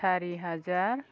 सारि हाजार